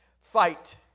fight